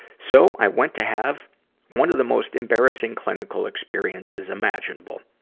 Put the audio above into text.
so, i went to have one of the most embarrassing clinical experiences imaginable,